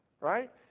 right